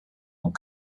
und